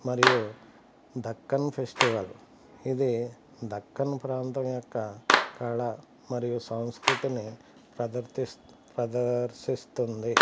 మరియు దక్కన్ ఫెస్టివల్ ఇది దక్కన్ ప్రాంతం యొక్క కళ మరియు సంస్కృతిని ప్రదర్థ్ ప్రదర్శిస్తుంది